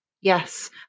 Yes